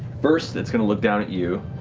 first, it's going to look down at you,